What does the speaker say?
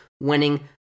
winning